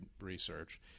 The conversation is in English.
research